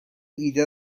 ایده